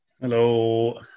Hello